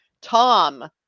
Tom